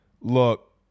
look